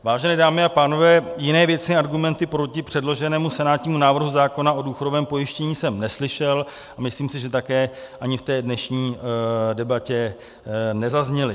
Vážené dámy a pánové, jiné věcné argumenty proti předloženému senátnímu návrhu zákona o důchodovém pojištění jsem neslyšel a myslím si, že také ani v té dnešní debatě nezazněly.